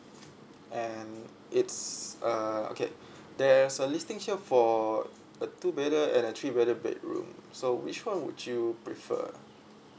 and it's uh okay there's a listing here for a two bedder and a three bedder bedroom so which one would you prefer